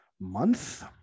month